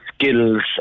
skills